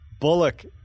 Bullock